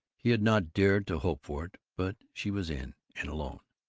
he had not dared to hope for it, but she was in, and alone.